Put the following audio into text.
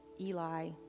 Eli